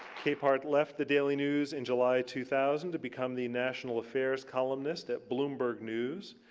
capehart left the daily news in july two thousand to become the national affairs columnist at bloomberg news.